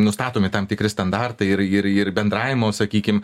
nustatomi tam tikri standartai ir ir ir bendravimo sakykim